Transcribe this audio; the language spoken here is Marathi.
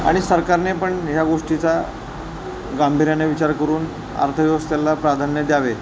आणि सरकारने पण ह्या गोष्टीचा गांभीर्याने विचार करून अर्थव्यवस्थेला प्राधान्य द्यावे